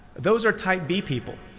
those are type b people.